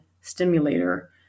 stimulator